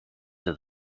het